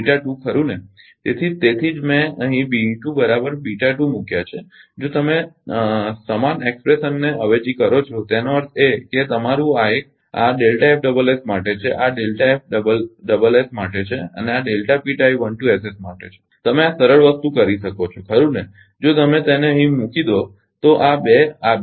તેથી તેથી જ મેં અહીં મૂક્યા છે જો તમે સમાન અભિવ્યક્તિ ને અવેજી કરો છો એનો અર્થ એ કે તમારું આ એક આ માટે છે આ માટે છે અને આ માટે છે તમે આ સરળ વસ્તુ કરી શકો છો ખરુ ને જો તમે તેને અહીં મૂકી દો તો આ બે આ બે